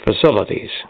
facilities